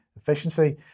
efficiency